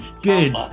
Good